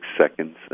seconds